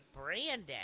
Brandon